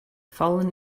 fallen